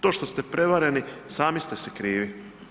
To što ste prevareni sami ste si krivi.